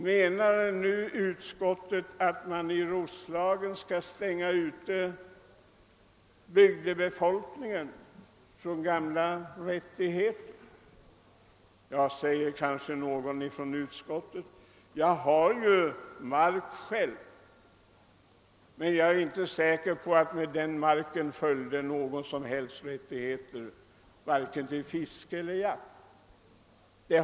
Menar nu utskottet, att man i Roslagen skall stänga ute bygdebefolkningen från gamla rättigheter? Ja, säger kanske någon från utskottet, jag har ju mark själv, men jag är inte säker på atl med den marken följer någon som helst rättighet, vare sig till fiske eller till jakt.